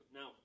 Now